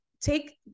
take